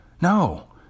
No